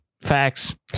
Facts